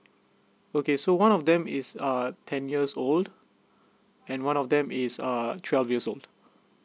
okay so one of them is uh ten years old and one of them is uh twelve years old